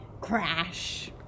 Crash